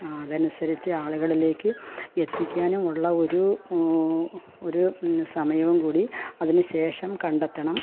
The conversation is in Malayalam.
അതനുസരിച്ച് ആളുകളിലേക്ക് എത്തിക്കാനും ഉള്ള ഒരു ഒരു സമയവും കൂടി അതിനുശേഷം കണ്ടെത്തണം